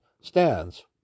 stands